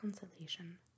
consolation